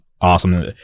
awesome